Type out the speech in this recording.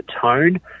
tone